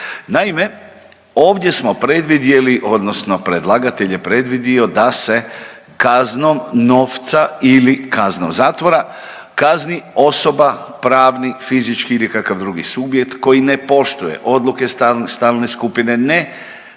Naime, ovdje smo predvidjeli odnosno predlagatelj je predvidio da se kaznom novca ili kaznom zatvora kazni osoba pravni, fizički ili kakav drugi subjekt koji ne poštuje odluke stalne skupine ne provodi